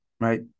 right